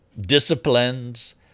disciplines